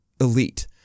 elite